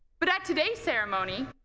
but at today's ceremony,